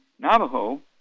Navajo